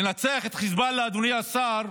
לנצח את חיזבאללה, אדוני השר,